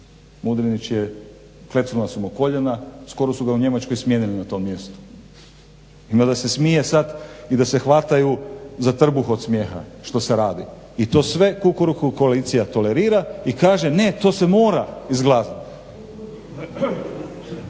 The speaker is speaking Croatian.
Mudrinić je klecnula su mu koljena skoro su ga u Njemačkoj smijenili na to mjesto. Ima da se smije sada i da se hvataju za trbuh od smijeha što se radi i to sve Kukuriku koalicija tolerira i kaže ne to se mora izglasati.